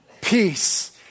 peace